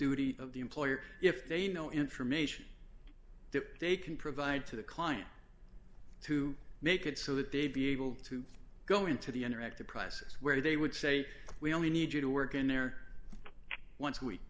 duty of the employer if they know information that they can provide to the client to make it so that they'd be able to go into the interactive process where they would say we only need you to work in there once a week